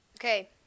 Okay